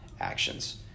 actions